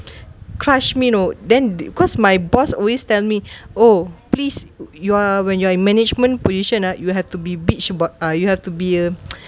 crush me know then they cause my boss always tell me oh please you are when you are in management position uh you have to be bitch about uh you have to be a